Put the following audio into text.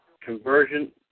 conversion